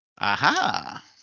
Aha